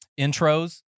intros